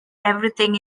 everything